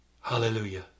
Hallelujah